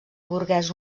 burgès